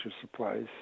supplies